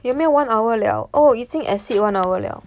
有没有 one hour liao 哦已经 exceed one hour liao